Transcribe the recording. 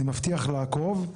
אני מבטיח לעקוב,